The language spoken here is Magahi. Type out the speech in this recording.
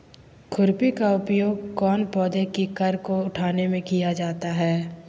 खुरपी का उपयोग कौन पौधे की कर को उठाने में किया जाता है?